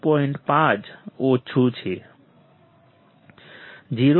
5 ઓછું છે 0